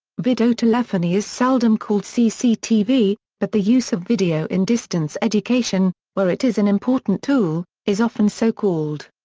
videotelephony is seldom called cctv but the use of video in distance education, where it is an important tool, is often so called.